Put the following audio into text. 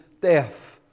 death